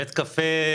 בית קפה,